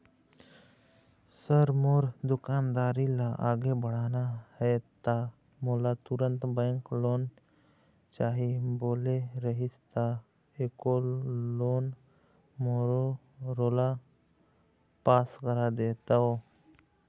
Sir मोर दुकानदारी ला आगे बढ़ाना हे ता मोला तुंहर बैंक लोन चाही बोले रीहिस ता एको लोन मोरोला पास कर देतव?